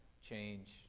change